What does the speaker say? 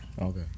Okay